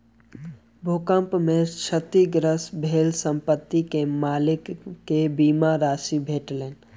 भूकंप में क्षतिग्रस्त भेल संपत्ति के मालिक के बीमा राशि भेटलैन